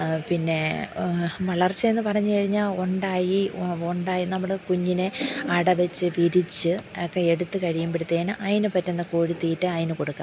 പിന്നെ വളർച്ചയെന്ന് പറഞ്ഞു കഴിഞ്ഞാൽ ഉണ്ടായി ഉണ്ടായി നമ്മൾ കുഞ്ഞിനെ അടവച്ചു വിരിയിച്ചു ഒക്കെ എടുത്ത് കഴിയുമ്പോഴത്തേക്ക് അതിന് പറ്റുന്ന കോഴിത്തീറ്റ അതിന് കൊടുക്കണം